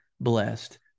blessed